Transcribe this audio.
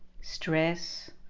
stress